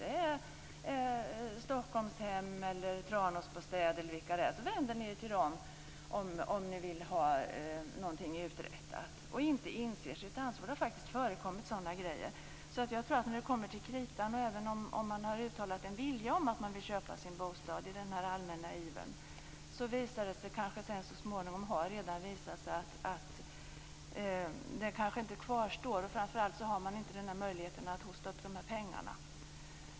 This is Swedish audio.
Ni vänder er till Stockholmshem, Tranåsbostäder, eller vilka det är, om ni vill ha någonting uträttat. De inser inte sitt ansvar. Det har faktiskt förekommit sådana saker. Även om man i den allmänna ivern har uttalat en vilja att köpa sin bostad tror jag att det när det kommer till kritan visar sig, och har redan visat sig, att den viljan inte kvarstår. Framför allt har man inte möjligheten att hosta upp pengarna.